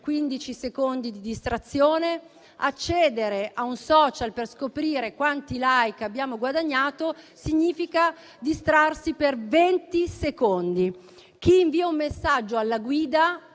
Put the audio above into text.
secondi di distrazione; accedere a un *social* per scoprire quanti *like* abbiamo guadagnato significa distrarsi per venti secondi; chi invia un messaggio alla guida